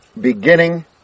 beginning